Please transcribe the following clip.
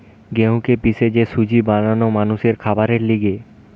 গেহুকে পিষে যে সুজি বানানো মানুষের খাবারের লিগে